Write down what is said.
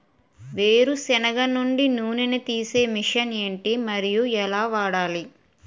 వేరు సెనగ నుండి నూనె నీ తీసే మెషిన్ ఏంటి? మరియు ఎలా వాడాలి?